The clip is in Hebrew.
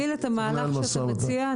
תוביל את המהלך שאתה תציע.